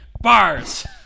bars